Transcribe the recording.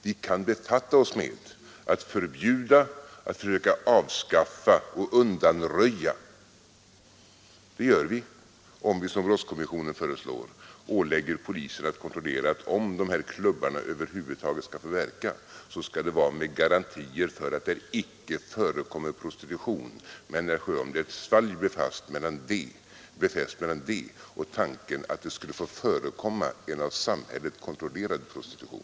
Vi kan befatta oss med att förbjuda, att försöka avskaffa och att undanröja. Det gör vi, om vi som brottskommissionen föreslår ålägger polisen att se till att om de här klubbarna över huvud taget skall få verka så skall det vara med garanti för att där icke förekommer prostitution. Men, herr Sjöholm, det är ett svalg befäst mellan det och tanken att det skulle få förekomma en av samhället kontrollerad prostitution.